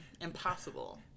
Impossible